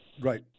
Right